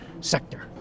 sector